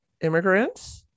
immigrants